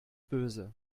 böse